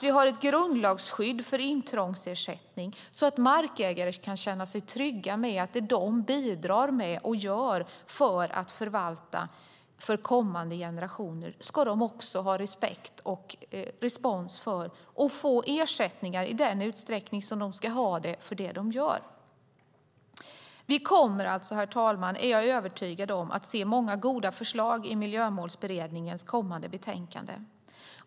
Vi har ett grundlagsskydd för intrångsersättning, så att markägare kan känna sig trygga med att det de bidrar med för att förvalta för kommande generationer är något de ska ha respekt för och få ersättning för. Jag är övertygad om att vi kommer att få se många goda förslag i Miljömålsberedningens kommande betänkande.